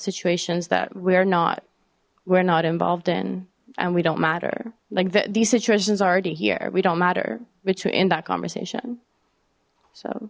situations that we're not we're not involved in and we don't matter like these situations already here we don't matter between that conversation so